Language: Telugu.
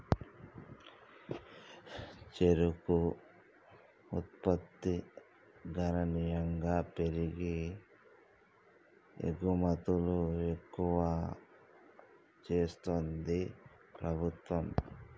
చెరుకు ఉత్పత్తి గణనీయంగా పెరిగి ఎగుమతులు ఎక్కువ చెస్తాంది ప్రభుత్వం